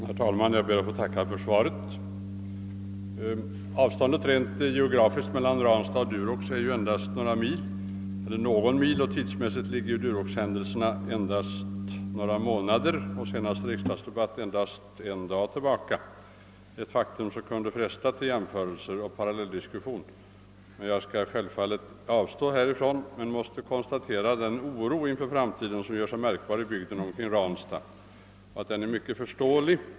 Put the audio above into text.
Herr talman! Jag ber att få tacka för svaret. Avståndet rent geografiskt mellan Ranstad och Durox är endast någon mil. Tidsmässigt ligger Duroxhändelserna endast några månader och senaste riksdagsdebatt endast en dag tillbaka i tiden, ett faktum som kunde fresta till jämförelser och parallelldiskussioner. Jag skall emellertid avstå härifrån och konstaterar bara att den oro inför framtiden som gör sig märkbar i bygden kring Ranstad är mycket förståelig.